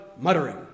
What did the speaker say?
muttering